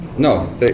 No